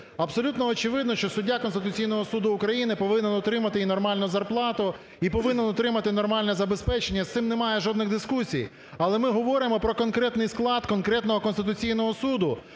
Абсолютно очевидно, що суддя Конституційного Суду України повинен отримувати і нормальну зарплату, і повинен отримувати нормальне забезпечення, з цим немає жодних дискусій. Але ми говоримо про конкретний склад конкретного Конституційного Суду.